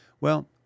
Well-